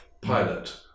pilot